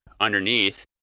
underneath